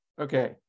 okay